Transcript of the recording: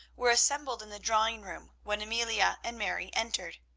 were assembled in the drawing-room when amelia and mary entered.